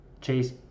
Chase